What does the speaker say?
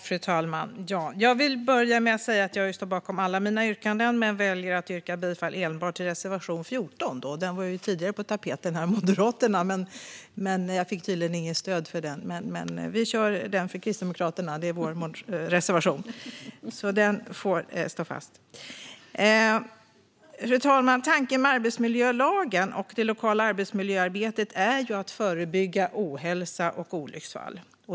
Fru talman! Jag vill börja med att säga att jag står bakom alla våra yrkanden men väljer att yrka bifall enbart till Kristdemokraternas reservation 14. Den var tidigare på tapeten från Moderaterna. Men jag fick tydligen inget stöd för den. Fru talman! Tanken med arbetsmiljölagen och det lokala arbetsmiljöarbetet är att förebygga ohälsa och olycksfall.